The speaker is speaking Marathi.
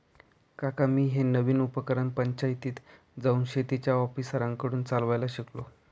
काका मी हे नवीन उपकरण पंचायतीत जाऊन शेतीच्या ऑफिसरांकडून चालवायला शिकलो